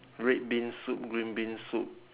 red bean soup green bean soup